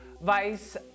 Vice